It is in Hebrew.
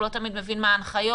הוא לא תמיד מבין מה ההנחיות.